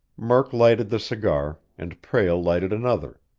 murk lighted the cigar, and prale lighted another,